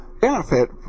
benefit